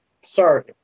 Sorry